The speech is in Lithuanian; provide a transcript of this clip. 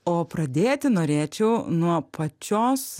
o pradėti norėčiau nuo pačios